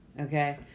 okay